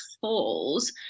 falls